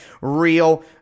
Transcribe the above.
real